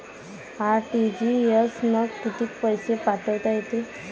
RTGS न कितीक पैसे पाठवता येते?